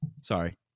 Sorry